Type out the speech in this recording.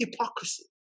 hypocrisy